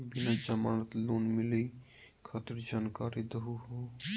बिना जमानत लोन मिलई खातिर जानकारी दहु हो?